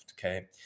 okay